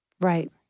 Right